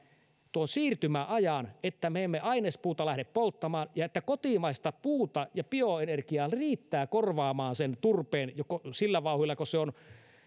tuon siirtymäajan että me emme ainespuuta lähde polttamaan ja että kotimaista puuta ja bioenergiaa riittää korvaamaan sen turpeen sillä vauhdilla kuin se on